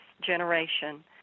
generation